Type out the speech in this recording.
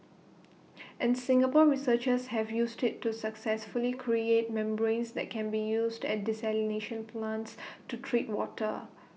and Singapore researchers have used IT to successfully create membranes that can be used at desalination plants to treat water